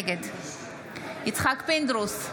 נגד יצחק פינדרוס,